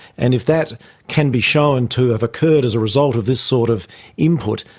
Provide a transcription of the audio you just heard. and if that can be shown to have occurred as a result of this sort of input,